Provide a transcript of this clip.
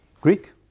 Greek